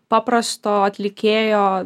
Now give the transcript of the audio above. paprasto atlikėjo